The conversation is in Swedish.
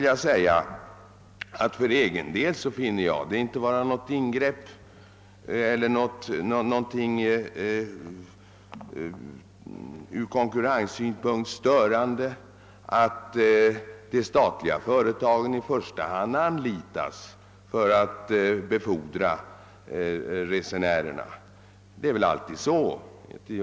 Jag finner det inte vara någonting från konkurrenssynpunkt störande att de statliga företagen i första hand anlitas för att befordra resenärerna.